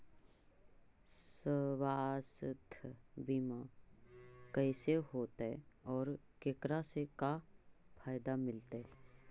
सवासथ बिमा कैसे होतै, और एकरा से का फायदा मिलतै?